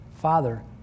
Father